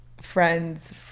friend's